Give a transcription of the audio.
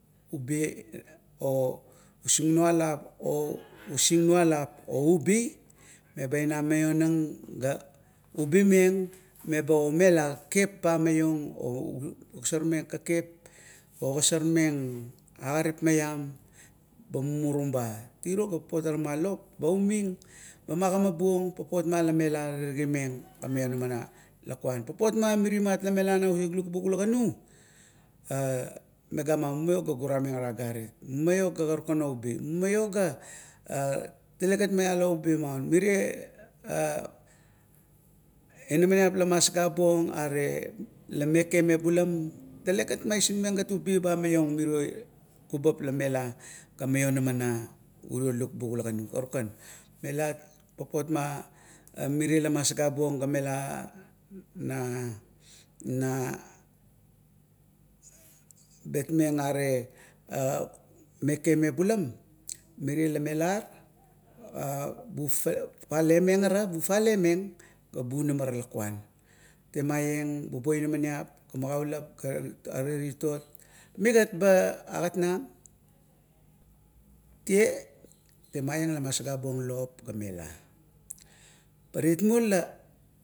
Osinglualap, usingnualap oubi meba ina maionang ga ubi meng meba omela kekep ba maiong ogosarmeng kekep. ogosarmeng agarip maiam ba mumurum ba. Tiro ga papot ara ma lop ba umieng, ba magamabuong papot mala melau terigimeng ga maionamar lukuan. papot ma mirimat la mela na uri lukbuk ula ganu megama, mumaioga gurameng agarit, mumaio ga karukan oubi mumaio ga talegat malalo ubi maun. mirie inamaniap la masagabuong are mekeme bulam talegat osingmeng ubi ba maiong mirio kubap la mela maionama na lukbuk ula ganu, karukan mela papot ma mirie la masagabuong mela na, na betmeng are betmeng mebulam, mirea la melar ga fafalemeng bunamar lakuan. Temaieng bbubuo inamaniap ga magaulap ga lop are titot. Migat ba agat nang, lop ga mela. pa taitmuo.